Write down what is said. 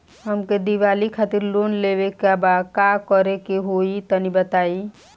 हमके दीवाली खातिर लोन लेवे के बा का करे के होई तनि बताई?